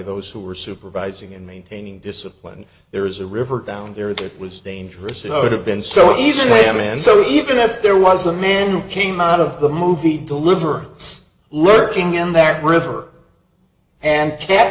those who were supervising and maintaining discipline there is a river down there that was dangerous and i would have been so easy man so even if there was a man who came out of the movie deliverance lurking in that river and c